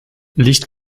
licht